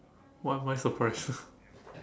why am I surprised